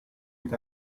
with